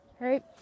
right